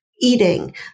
eating